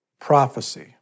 prophecy